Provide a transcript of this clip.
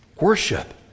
Worship